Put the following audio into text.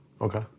okay